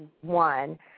one